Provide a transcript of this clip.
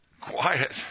Quiet